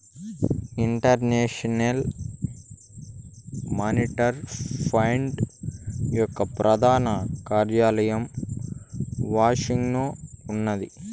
international monetary fund యొక్క ప్రధాన కార్యాలయం వాషింగ్టన్లో ఉన్నాది